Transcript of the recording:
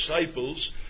disciples